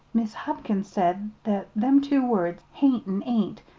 mis' hopkins said that them two words, hain't an ain't,